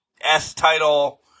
S-title